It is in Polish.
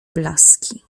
blaski